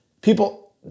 people